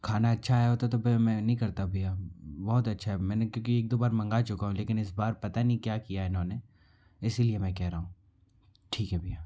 खाना अच्छा आया होता तो फिर मैं नहीं करता भैया बहुत अच्छा है मैंने क्योंकि एक दो बार मंगा चुका हूँ लेकिन इस बार पता नहीं क्या किया इन्होंने इसी लिए मैं कह रहा हूँ ठीक है भैया